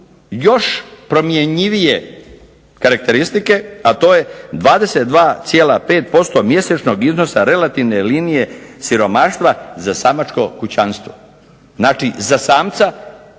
još promjenjivije karakteristike, a to je 22,5% mjesečnog iznosa relativne linije siromaštva za samačko kućanstvo. Znači, za samca